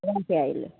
राखेँ अहिले